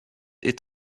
est